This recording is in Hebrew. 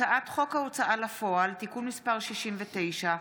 הצעת חוק ההוצאה לפועל (תיקון מס' 69)